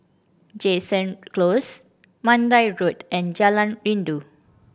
Jansen Close Mandai Road and Jalan Rindu